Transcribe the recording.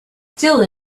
still